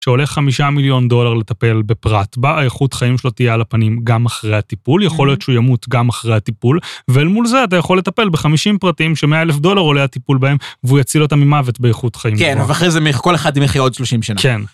שהולך חמישה מיליון דולר לטפל בפרט בה, האיכות חיים שלו תהיה על הפנים גם אחרי הטיפול, יכול להיות שהוא ימות גם אחרי הטיפול, ולמול זה אתה יכול לטפל בחמישים פרטים ש-100 אלף דולר עולה הטיפול בהם, והוא יציל אותם ממוות באיכות חיים שלו. כן, אבל אחרי זה כל אחד ימחיא עוד 30 שנה. כן.